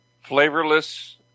flavorless